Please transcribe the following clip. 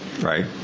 Right